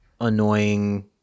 annoying